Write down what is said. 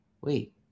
wait